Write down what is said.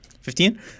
Fifteen